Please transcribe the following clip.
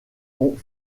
ont